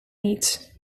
niet